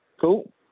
Cool